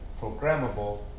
Programmable